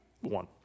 one